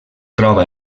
troba